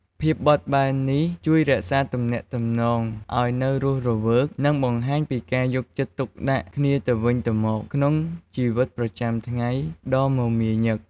ភាពបត់បែននេះជួយរក្សាទំនាក់ទំនងឱ្យនៅរស់រវើក និងបង្ហាញពីការយកចិត្តទុកដាក់គ្នាទៅវិញទៅមកក្នុងជីវិតប្រចាំថ្ងៃដ៏មមាញឹក។